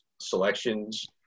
selections